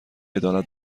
عدالت